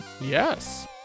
yes